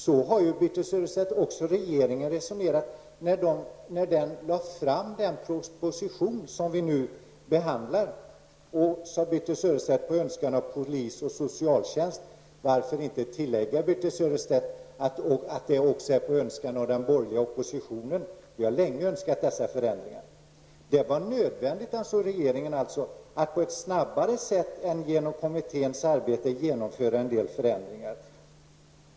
Så har också regeringen resonerat, när den lade fram den proposition som vi nu behandlar -- som Birthe Sörestedt säger, på önskan av polis och socialtjänst. Varför inte tillägga att det är också på önskan av den borgerliga oppositionen? Vi har ju länge önskat dessa förändringar. Regeringen ansåg alltså att det var nödvändigt att på ett snabbare sätt än genom kommitténs arbete genomföra en del förändringar.